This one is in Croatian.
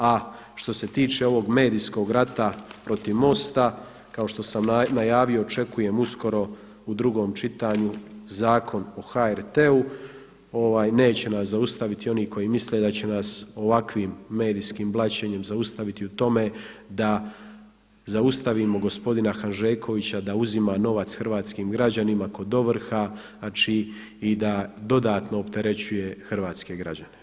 A što se tiče ovog medijskog rata protiv Mosta kao što sam najavio očekujem uskoro u drugom čitanju zakon o HRT-u, neće nas zaustaviti oni koji misle da će nas ovakvim medijskim blaćenjem zaustaviti u tome da zaustavimo gospodina Hanžekovića da uzima novac hrvatskim građanima kod ovrha, znači i da dodatno opterećuje hrvatske građane.